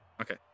Okay